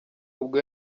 ubwo